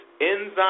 enzyme